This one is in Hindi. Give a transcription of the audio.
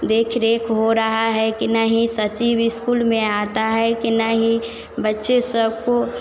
देख रेख हो रहा है कि नहीं सचिव स्कूल में आता है कि नहीं बच्चे सबको